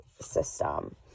system